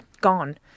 gone